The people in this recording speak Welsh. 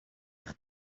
eich